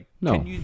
No